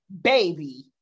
baby